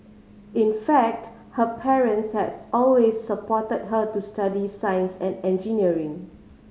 in fact her parents had always supported her to study science and engineering